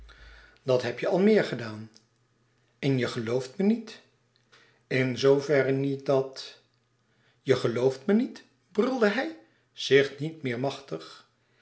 dat heb je al meer gedaan en je gelooft me niet in zoo verre niet dat je gelooft me niet brulde hij zich niet meer machtig